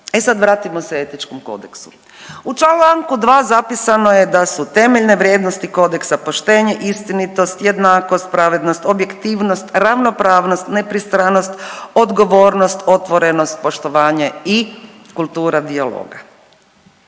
E sada vratimo se Etičkom kodeksu. U članku 2. zapisano je da su temeljne vrijednosti kodeksa poštenje, istinitost, jednakost, pravednost, objektivnost, ravnopravnost, nepristranost, odgovornost, otvorenost, poštovanje i kultura dijaloga.